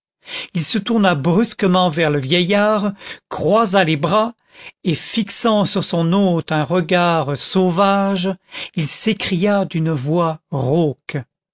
il se tourna brusquement vers le vieillard croisa les bras et fixant sur son hôte un regard sauvage il s'écria d'une voix